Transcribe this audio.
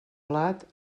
blat